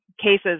cases